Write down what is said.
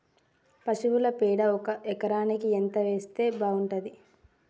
పశువుల పేడ ఒక ఎకరానికి ఎంత వేస్తే బాగుంటది?